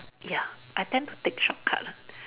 ya I tend to take shortcut lah